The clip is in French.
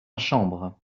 chambre